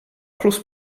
plus